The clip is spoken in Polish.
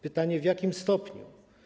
Pytanie: W jakim stopniu?